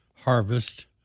harvest